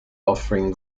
offering